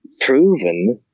proven